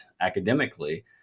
academically